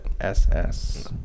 SS